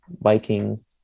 biking